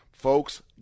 Folks